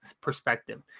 perspective